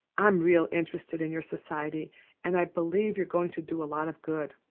i'm real interested in your society and i believe you're going to do a lot of good.